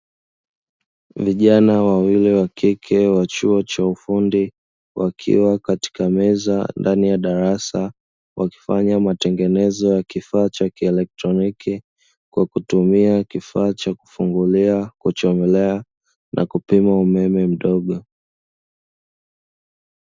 Vijana wawili wakike wa chuo cha ufundi wakiwa katika meza ndani ya darasa wakifanya matengenezo ya kifaa cha kieletroniki kwa kutumia kifaa cha kufungulia, kuchomelea na kupima umeme mdogo.